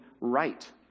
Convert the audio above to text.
right